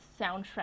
soundtrack